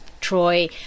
Troy